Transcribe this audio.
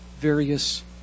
various